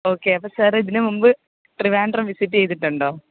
okay അപ്പം sir ഇതിന് മുമ്പ് ട്രിവാൻഡ്രം വിസിറ്റ് ചെയ്തിട്ടുണ്ടോ